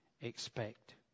expect